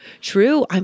True